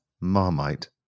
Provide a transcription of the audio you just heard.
marmite